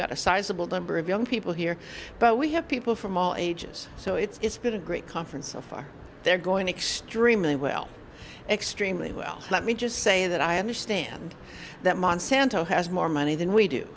got a sizeable number of young people here but we have people from all ages so it's been a great conference so far they're going to extremely well extremely well let me just say that i understand that monsanto has more money than we do